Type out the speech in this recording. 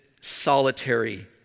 solitary